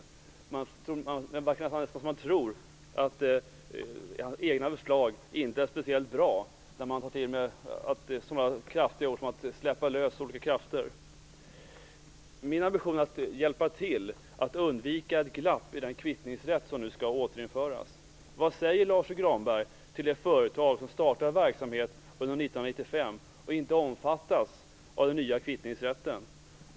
Det verkar nästan som att han tror att hans egna förslag inte är speciellt bra när han tar till så kraftiga ord som att släppa lös olika krafter. Min ambition är att hjälpa till att undvika ett glapp i den kvittningsrätt som nu skall återinföras. Vad säger Lars U Granberg till det företag som startar verksamhet under 1995 och inte omfattas av den nya kvittningsrätten?